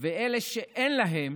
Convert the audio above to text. אלה שאין להם